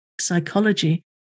psychology